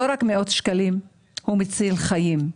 זה לא חוסך מאות שקלים, זה מציל חיים.